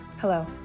Hello